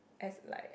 as like